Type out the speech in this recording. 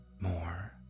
more